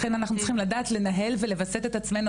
לכן אנחנו צריכים לדעת לנהל ולווסת את עצמנו.